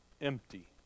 Empty